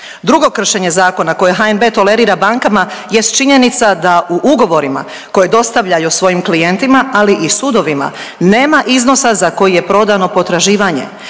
Drugo kršenje zakona koje HNB tolerira bankama jest činjenica da u ugovorima koje dostavljaju svojim klijentima, ali i sudovima nema iznosa za koji je prodano potraživanje.